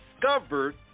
discovered